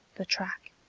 the track